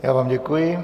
Já vám děkuji.